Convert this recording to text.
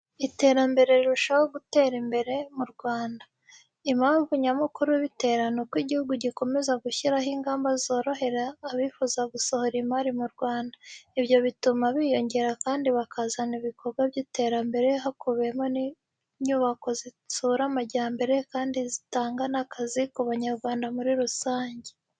Iterambere rirushaho gutera imbere mu Rwanda. Impamvu nyamukuru ibitera nuko igihugu gikomeza gushyiraho ingamba zorohereza abifuza gushora imari mu Rwanda. Ibyo bituma biyongera kandi bakazana ibikorwa by'iterambere hakubiyemo n'inyubako zitsura amajyambere kandi zitanga n'akazi ku Banyarwanda muri rusange.